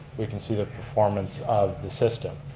we can see the performance of the system.